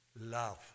love